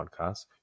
Podcast